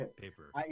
Paper